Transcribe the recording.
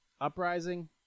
uprising